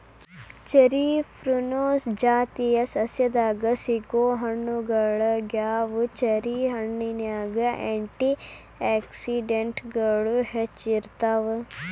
cherry prunus ಜಾತಿಯ ಸಸ್ಯದಾಗ ಸಿಗೋ ಹಣ್ಣುಗಳಗ್ಯಾವ, ಚೆರಿ ಹಣ್ಣಿನ್ಯಾಗ ಆ್ಯಂಟಿ ಆಕ್ಸಿಡೆಂಟ್ಗಳು ಹೆಚ್ಚ ಇರ್ತಾವ